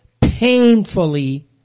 painfully